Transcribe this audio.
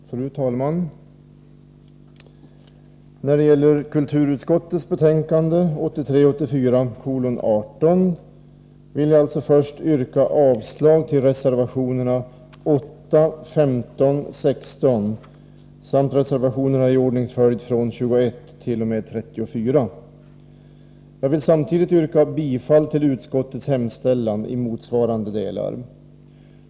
Fru talman! När det gäller kulturutskottets betänkande 1983/84:18 vill jag först yrka avslag på reservationerna 8, 15 och 16 samt reservationerna i ordningsföljd 21-34. Jag vill samtidigt yrka bifall till utskottets hemställan i motsvarande delar.